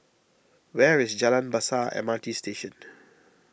where is Jalan Besar M R T Station